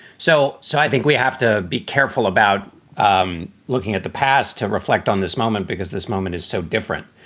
so so i think we have to be careful about um looking at the past to reflect on this moment because this moment is so different.